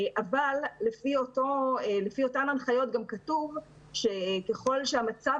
אבל לפי אותן הנחיות גם כתוב שככל שהמצב